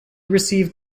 received